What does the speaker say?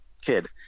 kid